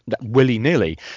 willy-nilly